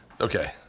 Okay